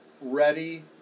ready